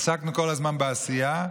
עסקנו כל הזמן בעשייה,